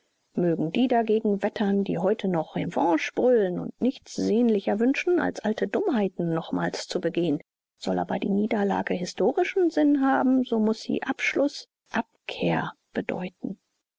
mögen die dagegen wettern die heute noch revanche brüllen und nichts sehnlicher wünschen als alte dummheiten nochmals zu begehen soll aber die niederlage historischen sinn haben so muß sie abschluß abkehr bedeuten